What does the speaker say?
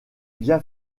bien